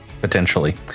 potentially